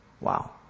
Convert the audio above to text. Wow